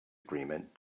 agreement